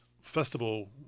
festival